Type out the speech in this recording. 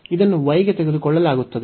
ಇದನ್ನು y ಗೆ ತೆಗೆದುಕೊಳ್ಳಲಾಗುತ್ತದೆ